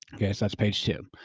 okay. so that's page two.